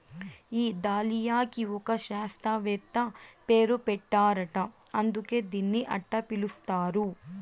ఈ దాలియాకి ఒక శాస్త్రవేత్త పేరు పెట్టారట అందుకే దీన్ని అట్టా పిలుస్తారు